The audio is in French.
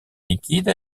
liquide